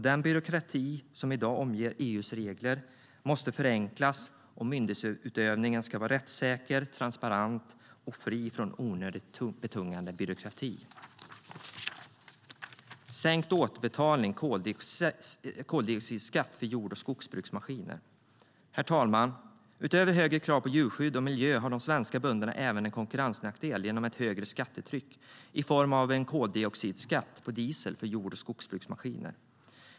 Den byråkrati som i dag omger EU:s regler måste förenklas, och myndighetsutövningen ska vara rättssäker, transparent och fri från onödigt betungande byråkrati. Herr talman! Utöver högre krav på djurskydd och miljö har de svenska bönderna även en konkurrensnackdel genom ett högre skattetryck i form av koldioxidskatt på diesel för jord och skogsbruksmaskiner.